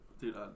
Dude